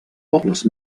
pobles